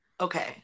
Okay